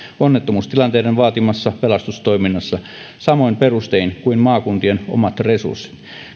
onnettomuustilanteiden vaatimassa pelastustoiminnassa samoin perustein kuin maakuntien omat resurssit